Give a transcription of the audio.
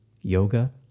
yoga